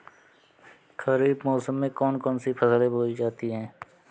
खरीफ मौसम में कौन कौन सी फसलें बोई जाती हैं?